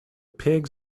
pigs